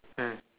mm